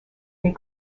des